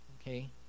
okay